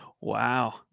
wow